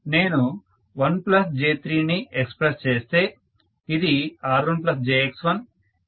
నేను 1j3ని ఎక్సప్రెస్ చేస్తే ఇది R1jX1